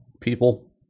people